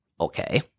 Okay